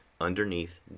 underneath